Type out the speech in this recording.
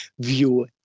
view